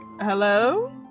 hello